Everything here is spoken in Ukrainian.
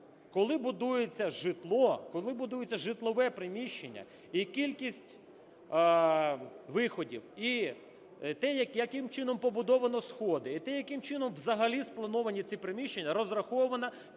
коли будується житло, коли будується житлове приміщення і кількість виходів і те, яким чином побудовано сходи і те, яким чином взагалі сплановані ці приміщення, розраховано